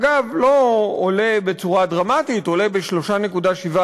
אגב, לא עולה בצורה דרמטית, עולה ב-3.7%,